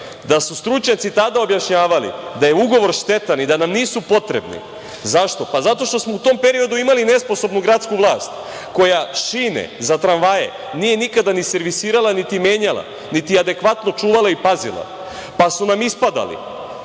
da su stručnjaci tada objašnjavali da je ugovor štetan i da nam nisu potrebni. Zašto? Pa zato što smo u tom periodu imali nesposobnu gradsku vlast koja šine za tramvaje nije nikada ni servisirala, niti menjala, niti adekvatno čuvala i pazila, pa su nam ispadali